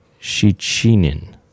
Shichinin